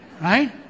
Right